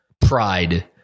pride